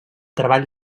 treball